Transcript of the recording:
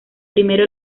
primero